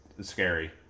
scary